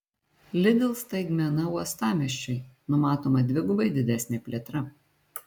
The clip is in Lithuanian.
lidl staigmena uostamiesčiui numatoma dvigubai didesnė plėtra